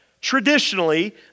traditionally